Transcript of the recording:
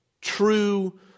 true